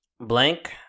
Blank